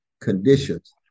conditions